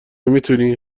میتونی